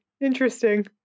Interesting